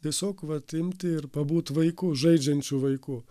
tiesiog vat imti ir pabūt vaiku žaidžiančiu vaiku